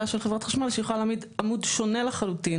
של חברת החשמל שהיא יכולה להעמיד עמוד שונה לחלוטין,